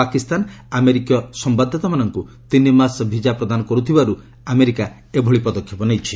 ପାକିସ୍ତାନ ଆମେରିକୀୟ ସମ୍ଭାଦଦାତାମାନଙ୍କୁ ତିନି ମାସ ଭିଜା ପ୍ରଦାନ କରୁଥିବାରୁ ଆମେରିକା ଏଭଳି ପଦକ୍ଷେପ ନେଇଛି